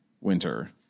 winter